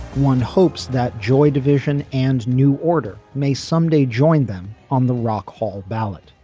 one hopes that joy division and new order may someday join them on the rock hall ballot